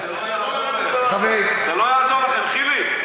חיליק, לא יעזור לכם.